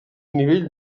nivell